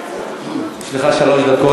יש לך שלוש דקות.